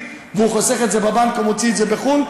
הוא חוסך את זה בבנק או מוציא את זה בחו"ל,